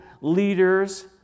leaders